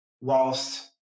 whilst